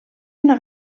una